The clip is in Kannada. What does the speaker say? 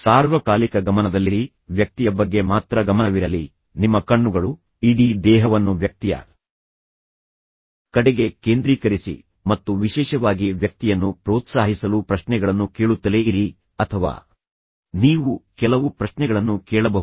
ಸಾರ್ವಕಾಲಿಕ ಗಮನದಲ್ಲಿರಿ ವ್ಯಕ್ತಿಯ ಬಗ್ಗೆ ಮಾತ್ರ ಗಮನವಿರಲಿ ನಿಮ್ಮ ಕಣ್ಣುಗಳು ಇಡೀ ದೇಹವನ್ನು ವ್ಯಕ್ತಿಯ ಕಡೆಗೆ ಕೇಂದ್ರೀಕರಿಸಿ ಮತ್ತು ವಿಶೇಷವಾಗಿ ವ್ಯಕ್ತಿಯನ್ನು ಪ್ರೋತ್ಸಾಹಿಸಲು ಪ್ರಶ್ನೆಗಳನ್ನು ಕೇಳುತ್ತಲೇ ಇರಿ ಅಥವಾ ನೀವು ಕೆಲವು ಪ್ರಶ್ನೆಗಳನ್ನು ಕೇಳಬಹುದು